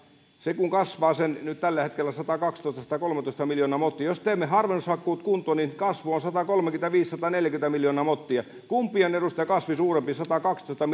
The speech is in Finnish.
se kasvaa tällä hetkellä sen satakaksitoista viiva satakolmetoista miljoonaa mottia ja jos teemme harvennushakkuut kuntoon niin kasvu on satakolmekymmentäviisi viiva sataneljäkymmentä miljoonaa mottia kumpi on edustaja kasvi suurempi satakaksitoista